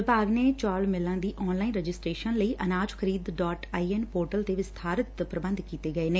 ਵਿਭਾਗ ਨੇ ਚੌਲ ਮਿੱਲਾ ਦੀ ਆਨਲਾਈਨ ਰਜਿਸਟਰੇਸ਼ਨ ਲਈ ਅਨਾਜ ਖਰੀਦ ਆਈ ਐਨ ਪੋਰਟਲ ਤੇ ਵਿਸਥਾਰਤ ਪ੍ਰੰਬੰਧ ਕੀਤੇ ਗਏ ਨੇ